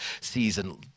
season